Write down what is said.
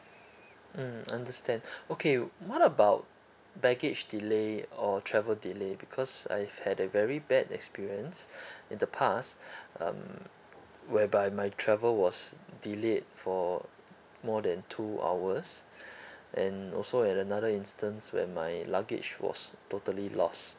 mm understand okay what about baggage delay or travel delay because I've had a very bad experience in the past um whereby my travel was delayed for more than two hours and also at another instance when my luggage was totally lost